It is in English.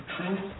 Truth